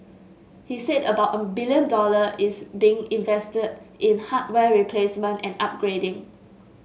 he said about a billion dollars is being invested in hardware replacement and upgrading